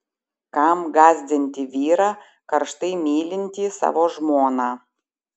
kam gąsdinti vyrą karštai mylintį savo žmoną